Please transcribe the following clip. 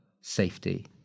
safety